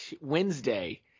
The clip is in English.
wednesday